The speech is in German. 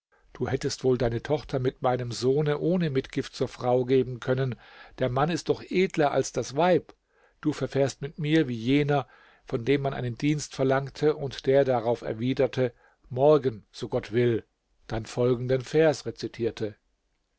du hättest wohl deine tochter meinem sohne ohne mitgift zur frau geben können der mann ist doch edler als das weib du verfährst mit mir wie jener von dem man einen dienst verlangte und der darauf erwiderte morgen so gott will dann folgenden vers rezitierte